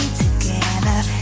together